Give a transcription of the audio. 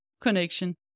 connection